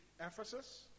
Ephesus